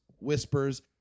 whispers